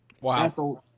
Wow